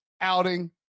outing